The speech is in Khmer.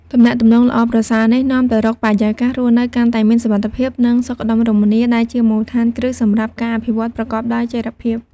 ទំនាក់ទំនងល្អប្រសើរនេះនាំទៅរក បរិយាកាសរស់នៅកាន់តែមានសុវត្ថិភាព និងសុខដុមរមនា ដែលជាមូលដ្ឋានគ្រឹះសម្រាប់ការអភិវឌ្ឍប្រកបដោយចីរភាព។